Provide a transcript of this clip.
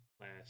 last